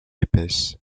épaisse